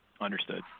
Understood